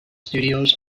studios